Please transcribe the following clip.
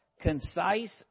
concise